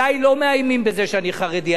עלי לא מאיימים בזה שאני חרדי,